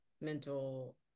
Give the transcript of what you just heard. mental